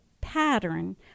pattern